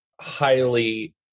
highly